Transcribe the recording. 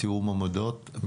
תיאום עמדות?